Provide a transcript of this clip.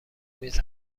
میز